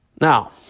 Now